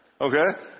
Okay